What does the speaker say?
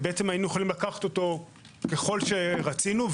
והיינו יכולים לקחת אותו ככל שרצינו,